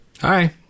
Hi